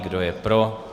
Kdo je pro?